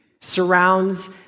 surrounds